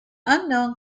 unknown